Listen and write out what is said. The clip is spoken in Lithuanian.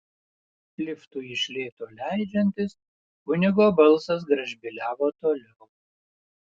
liftui iš lėto leidžiantis kunigo balsas gražbyliavo toliau